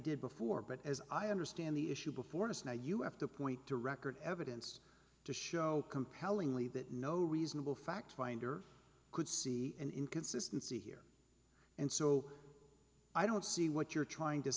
did before but as i understand the issue before us now you have to point to record evidence to show compellingly that no reasonable fact finder could see an inconsistency here and so i don't see what you're trying to